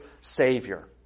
savior